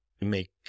make